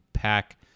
pack